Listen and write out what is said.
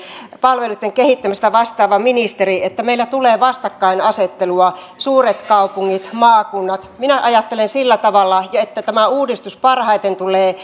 palveluitten kehittämisestä vastaava ministeri että meillä tulee vastakkainasettelua suuret kaupungit vastaan maakunnat minä ajattelen sillä tavalla että tämä uudistus parhaiten tulee